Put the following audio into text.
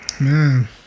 Man